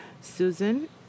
Susan